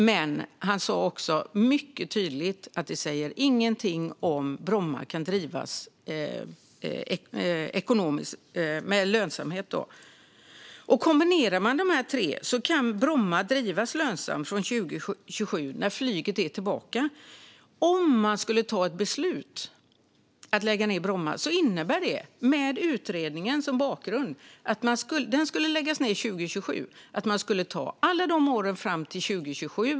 Men han sa också mycket tydligt att det inte säger någonting om huruvida Bromma kan drivas med lönsamhet. Kombinerar man dessa tre saker kan Bromma drivas lönsamt från 2027, när flyget är tillbaka. Om man skulle ta ett beslut om att lägga ned Bromma flygplats innebär det, med utredningen som bakgrund, att den skulle läggas ned 2027. Man skulle då ta förlusten alla åren fram till 2027.